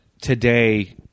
today